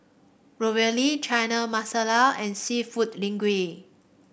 Ravioli Chana Masala and seafood Linguine